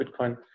Bitcoin